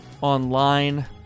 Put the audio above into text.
online